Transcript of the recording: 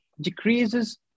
decreases